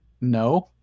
No